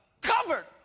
covered